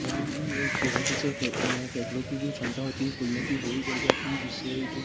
वहीं तैराकी से फ़ेफड़ों की जो क्षमता होती है फूलने की वो भी बढ़ जाती है जिससे जो